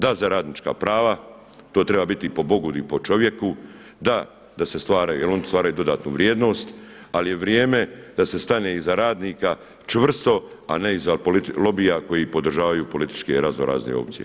Da, za radnička prava, to treba biti i po Bogu i po čovjeku, da da se stvaraju, jer oni stvaraju dodatnu vrijednost ali je vrijeme da se stane iza radnika čvrsto a ne iza lobija koji podržavaju političke razno razne opcije.